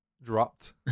Dropped